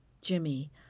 Jimmy